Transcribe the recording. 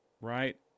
right